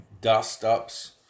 dust-ups